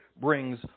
brings